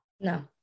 No